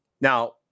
Now